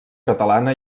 catalana